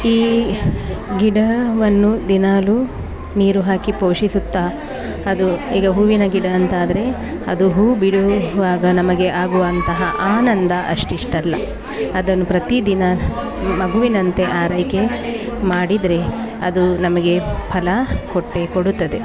ಈ ಗಿಡವನ್ನು ದಿನಾಲು ನೀರು ಹಾಕಿ ಪೋಷಿಸುತ್ತಾ ಅದು ಈಗ ಹೂವಿನ ಗಿಡ ಅಂತ ಆದರೆ ಅದು ಹೂ ಬಿಡುವಾಗ ನಮಗೆ ಆಗುವಂತಹ ಆನಂದ ಅಷ್ಟಿಷ್ಟಲ್ಲ ಅದನ್ನು ಪ್ರತಿದಿನ ಮಗುವಿನಂತೆ ಆರೈಕೆ ಮಾಡಿದರೆ ಅದು ನಮಗೆ ಫಲ ಕೊಟ್ಟೇ ಕೊಡುತ್ತದೆ